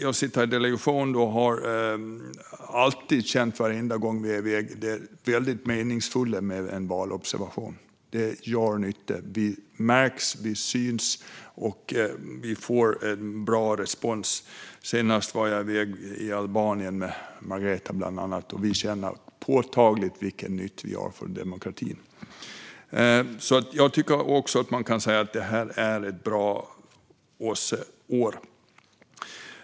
Jag sitter i delegationen och har alltid känt, varenda gång vi är iväg, det väldigt meningsfulla med valobservation. Det gör nytta. Vi märks, vi syns, och vi får bra respons. Senast var jag i Albanien med bland andra Margareta, och vi kände påtagligt vilken nytta vi gör för demokratin. Jag tycker alltså att man kan säga att det här var ett bra OSSE-år.